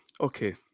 Okay